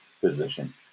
position